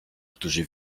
którzy